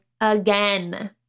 again